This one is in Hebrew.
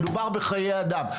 מדובר בחיי אדם.